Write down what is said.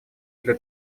для